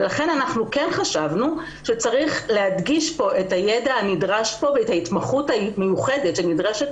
לכן חשבנו שצריך להדגיש את הידע הנדרש ואת ההתמחות המיוחדת שנדרשת